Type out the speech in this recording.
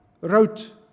wrote